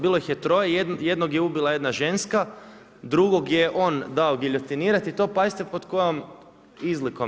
Bilo ih je troje, jednog je ubila jedna ženska, drugog je on dao giljotinirati i to pazite pod kojom izlikom.